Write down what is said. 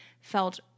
felt